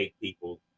people